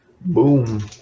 Boom